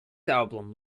album